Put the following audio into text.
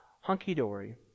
hunky-dory